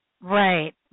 Right